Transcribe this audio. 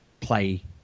play